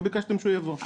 לא ביקשתם שהוא יבוא.